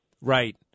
Right